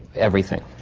everything.